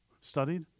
studied